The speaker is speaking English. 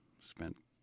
spent